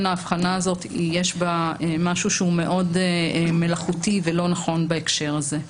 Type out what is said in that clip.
בהבחנה הזאת יש משהו שהוא מאוד מלאכותי ולא נכון בהקשר הזה.